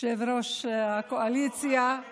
יושב-ראש הקואליציה, תשמע,